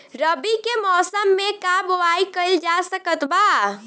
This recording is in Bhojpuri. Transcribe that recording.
रवि के मौसम में का बोआई कईल जा सकत बा?